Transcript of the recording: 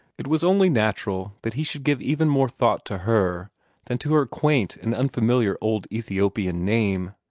it was only natural that he should give even more thought to her than to her quaint and unfamiliar old ethiopian name.